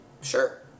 sure